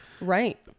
Right